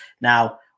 Now